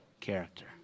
character